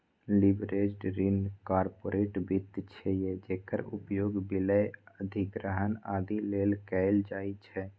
leveraged ऋण corporate वित्त छियै, जेकर उपयोग विलय, अधिग्रहण, आदि लेल कैल जाइ छै